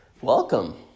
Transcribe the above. Welcome